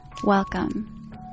Welcome